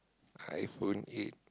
iPhone eight